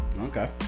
Okay